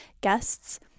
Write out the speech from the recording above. guests